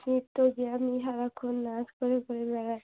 যে আমি সারাক্ষণ নাচ করে করে বেড়ায়